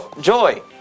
Joy